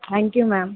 thank you ma'am